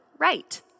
right